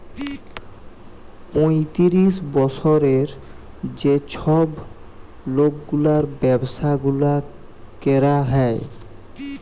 পঁয়তিরিশ বসরের যে ছব লকগুলার ব্যাবসা গুলা ক্যরা হ্যয়